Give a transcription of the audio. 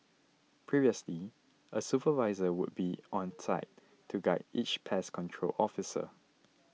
previously a supervisor would be on site to guide each pest control officer